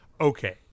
Okay